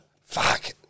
Fuck